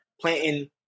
planting